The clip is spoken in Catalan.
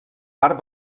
part